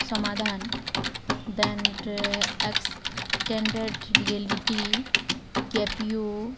ସମାଧାନ ଦେନ୍ରେ extended reality କ୍ୟାପିଓ